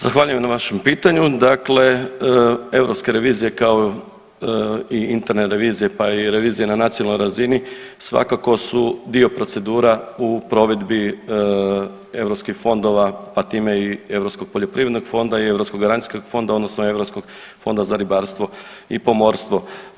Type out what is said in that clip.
Zahvaljujem na vašem pitanju, dakle europske revizije kao i interne revizije pa i revizije na nacionalnoj razini svakako su dio procedura u provedbi europskih fondova pa time i Europskog poljoprivrednog fonda i Europskog garancijskog fonda odnosno Europskog fonda za ribarstvo i pomorstvo.